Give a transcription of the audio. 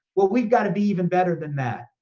well, we've gotta be even better than that.